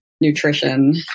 nutrition